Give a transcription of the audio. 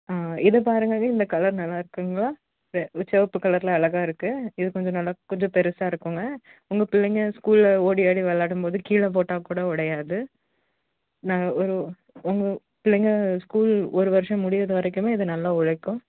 ஆ இதை பாருங்க இந்த கலர் நல்லா இருக்குதுங்களா செ சிவப்பு கலரில் அழகா இருக்குது இது கொஞ்சம் நல்லா கொஞ்சம் பெருசாக இருக்குங்க உங்க பிள்ளைங்கள் ஸ்கூலில் ஓடியாடி விளாடும்போது கீழே போட்டால் கூட உடையாது நாங்கள் ஒரு உங்க பிள்ளைங்கள் ஸ்கூல் ஒரு வருஷம் முடிகிற வரைக்குமே இது நல்லா உழைக்கும்